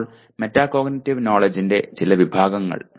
ഇപ്പോൾ മെറ്റാകോഗ്നിറ്റീവ് നോലെഡ്ജ്ന്റെ ചില വിഭാഗങ്ങൾ